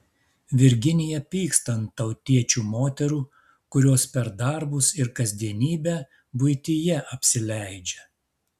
virginija pyksta ant tautiečių moterų kurios per darbus ir kasdienybę buityje apsileidžia